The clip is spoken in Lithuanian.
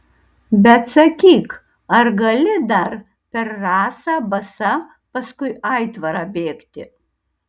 bet sakyk ar gali dar per rasą basa paskui aitvarą bėgti